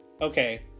okay